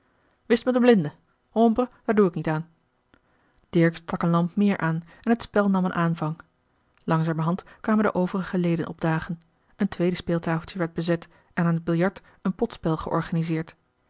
whist met een blinde hombre daar doe k niet aan dirk stak een lamp meer aan en het spel nam een aanvang langzamerhand kwamen de overige leden opdagen een tweede speeltafeltje werd bezet en aan het biljart een potspel georganiseerd